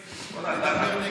דקות.